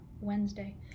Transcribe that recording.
Wednesday